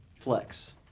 Flex